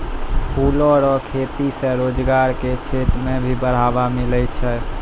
फूलो रो खेती से रोजगार के क्षेत्र मे भी बढ़ावा मिलै छै